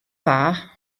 dda